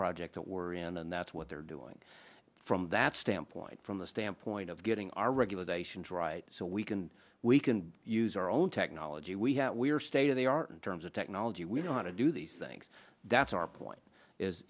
that we're in and that's what they're doing from that standpoint from the standpoint of getting our regulations right so we can we can use our own technology we have state of the art in terms of technology we don't want to do these things that's our point is